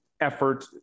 effort